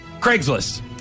Craigslist